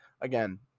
Again